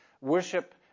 worship